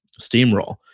steamroll